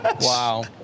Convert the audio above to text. Wow